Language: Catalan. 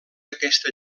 aquesta